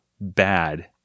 bad